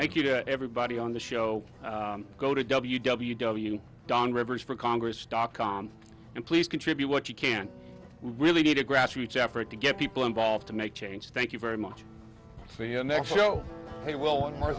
thank you to everybody on the show go to w w w dan rivers for congress dot com and please contribute what you can we really need a grassroots effort to get people involved to make change thank you very much for your next show ok well one more